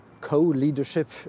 co-leadership